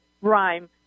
rhyme